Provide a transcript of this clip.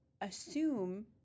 assume